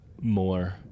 more